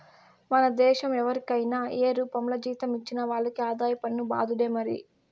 మన దేశం ఎవరికైనా ఏ రూపంల జీతం ఇచ్చినా వాళ్లకి ఆదాయ పన్ను బాదుడే మరి